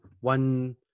one